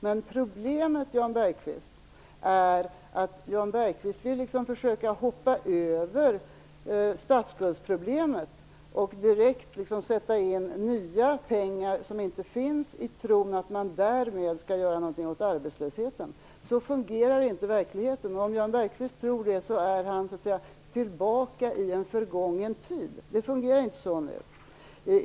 Men problemet är att Jan Bergqvist vill försöka att hoppa över statsskuldsproblemet och direkt vill sätta in nya pengar som inte finns i tron att man därmed skall göra någonting åt arbetslösheten. Så fungerar inte verkligheten. Om Jan Bergqvist tror det så är han tillbaka i en förgången tid, för det fungerar inte så nu.